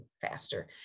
faster